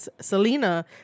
Selena